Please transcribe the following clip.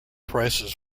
prices